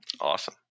Awesome